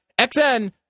XN